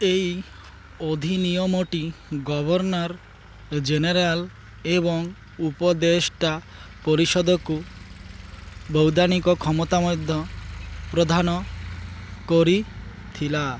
ଏହି ଅଧିନିୟମଟି governor general ଏବଂ ଉପଦେଷ୍ଟା ପରିଷଦକୁ ବୈଧାନିକ କ୍ଷମତା ମଧ୍ୟ ପ୍ରଦାନ କରିଥିଲା